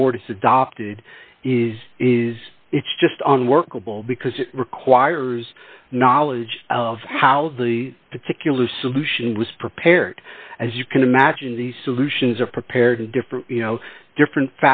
has adopted is is it's just on workable because it requires knowledge of how the particular solution was prepared as you can imagine these solutions are prepared different you know different